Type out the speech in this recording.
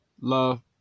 love